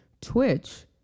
Twitch